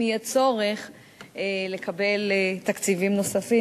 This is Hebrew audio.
אם יהיה צורך לקבל תקציבים נוספים,